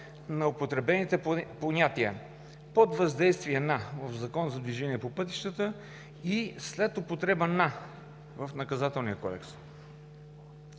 на употребените понятия „под въздействие на“ в Закона за движение по пътищата и „след употреба на“ в Наказателния кодекс.